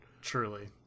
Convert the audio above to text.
Truly